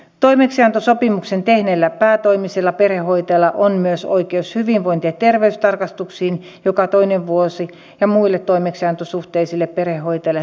toimeksiantosopimuksen tehneellä päätoimisella perhehoitajalla on myös oikeus hyvinvointi ja terveystarkastuksiin joka toinen vuosi ja muilla toimeksiantosuhteisilla perhehoitajilla tarvittaessa